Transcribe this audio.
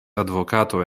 advokato